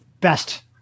best